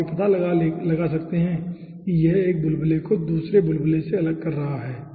तो आप पता लगा सकते हैं कि यह एक बुलबुले को दूसरे बुलबुले से अलग कर रहा है